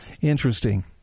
Interesting